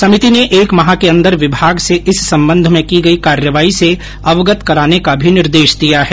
समिति ने एक माह के अंदर विभाग से इस संबंध में की गयी कार्रवाई से अवगत कराने का भी निर्देश दिया है